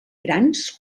grans